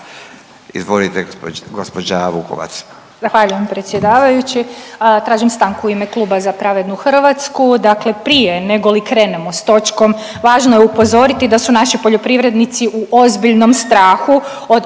Izvolite gospođa Vukovac.